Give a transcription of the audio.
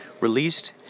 released